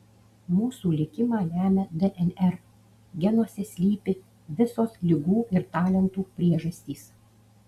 mūsų likimą lemia dnr genuose slypi visos ligų ir talentų priežastys